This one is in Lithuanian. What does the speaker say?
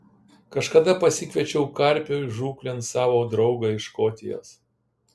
kažkada pasikviečiau karpių žūklėn savo draugą iš škotijos